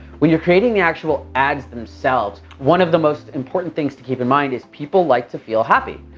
when you're creating the actual ads themselves, one of the most important things to keep in mind is people like to feel happy.